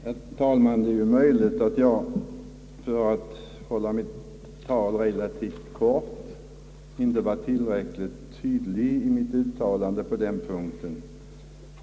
Herr talman! Det är möjligt att jag för att hålla mitt tal relativt kort inte var tillräckligt tydlig i mitt uttalande.